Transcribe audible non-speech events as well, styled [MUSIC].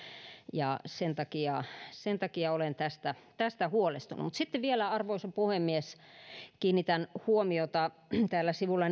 ja sen takia sen takia olen tästä tästä huolestunut mutta sitten vielä arvoisa puhemies kiinnitän huomiota siihen että täällä sivulla [UNINTELLIGIBLE]